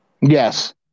Yes